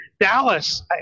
Dallas